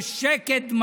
ושקט.